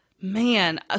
Man